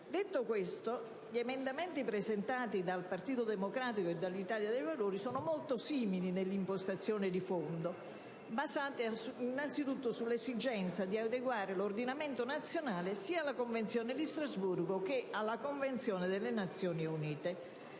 Detto questo, gli emendamenti presentati dai senatori dei Gruppi del Partito Democratico e deall'Italia dei Valori sono molto simili nella impostazione di fondo, essendo basati innanzitutto sull'esigenza di adeguare l'ordinamento nazionale sia alla Convenzione di Strasburgo che alla Convenzione delle Nazioni Unite,